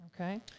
Okay